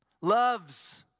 Loves